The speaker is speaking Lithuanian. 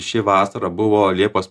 ši vasara buvo liepos